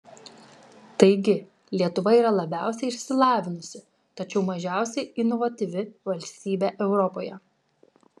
taigi lietuva yra labiausiai išsilavinusi tačiau mažiausiai inovatyvi valstybė europoje